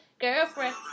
girlfriend